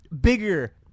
bigger